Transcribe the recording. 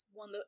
one